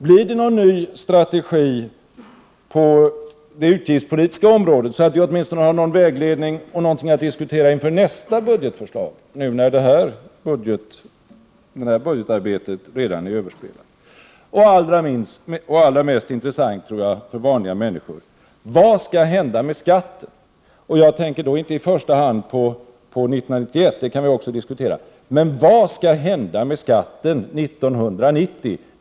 Blir det någon ny strategi på det utgiftspolitiska området så att vi åtminstone har litet vägledning och något att diskutera inför nästa budgetförslag, när nu budgetarbetet redan är överspelat. Allra mest intressant för vanliga människor tror jag är: Vad skall hända med skatterna — jag tänker då inte i första hand på 1991, även om vi kan diskutera det också — 1990?